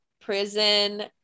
prison